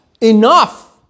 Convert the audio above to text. enough